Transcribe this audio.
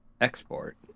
export